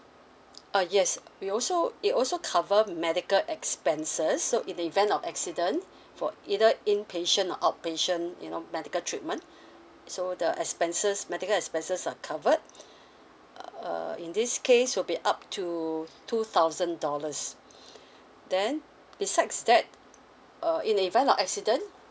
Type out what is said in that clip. uh yes we also it also cover medical expenses so in the event of accident for either inpatient or outpatient you know medical treatment so the expenses medical expenses are covered uh err in this case will be up to two thousand dollars then besides that uh in the even of accident